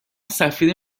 سفیر